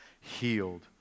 healed